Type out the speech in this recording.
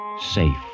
safe